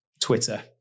Twitter